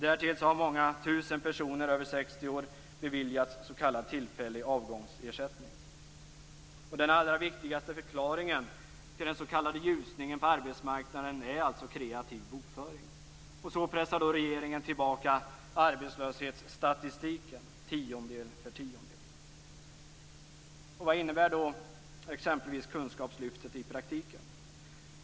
Därtill har många tusen personer över 60 år beviljats s.k. tillfällig avgångsersättning. Den allra viktigaste förklaringen till den s.k. ljusningen på arbetsmarknaden är alltså kreativ bokföring. Så pressar regeringen tillbaka arbetslöshetsstatistiken tiondel för tiondel. Vad innebär då exempelvis kunskapslyftet i praktiken?